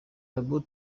babu